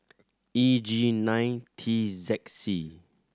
E G nine T Z C